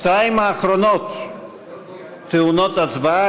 השתיים האחרונות טעונות הצבעה,